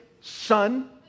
son